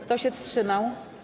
Kto się wstrzymał?